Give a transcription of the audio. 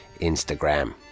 Instagram